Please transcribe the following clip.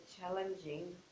challenging